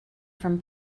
from